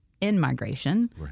in-migration